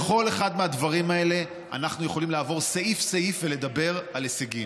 בכל אחד מהדברים האלה אנחנו יכולים לעבור סעיף-סעיף ולדבר על הישגים,